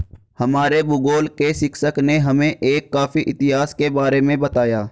हमारे भूगोल के शिक्षक ने हमें एक कॉफी इतिहास के बारे में बताया